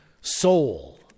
soul